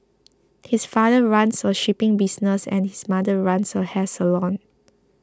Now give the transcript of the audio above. his father runs a shipping business and his mother runs a hair salon